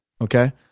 Okay